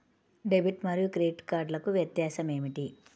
Debit మరియు credit కార్డ్లకు వ్యత్యాసమేమిటీ?